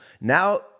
Now